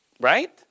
right